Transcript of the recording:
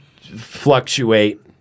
fluctuate